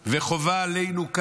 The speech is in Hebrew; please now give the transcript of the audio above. וחובה עלינו כאן,